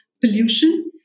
pollution